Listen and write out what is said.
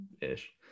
Ish